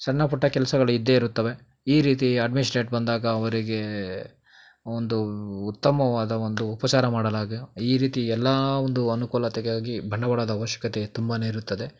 ಸಣ್ಣ ಪುಟ್ಟ ಕೆಲಸಗಳು ಇದ್ದೇ ಇರುತ್ತವೆ ಈ ರೀತಿ ಅಡ್ಮಿನಿಸ್ಟ್ರೇಟ್ ಬಂದಾಗ ಅವರಿಗೆ ಒಂದು ಉತ್ತಮವಾದ ಒಂದು ಉಪಚಾರ ಮಾಡಲಾಗಿ ಈ ರೀತಿ ಎಲ್ಲ ಒಂದು ಅನುಕೂಲತೆಗಾಗಿ ಬಂಡವಾಳದ ಅವಶ್ಯಕತೆ ತುಂಬಾ ಇರುತ್ತದೆ